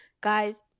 guys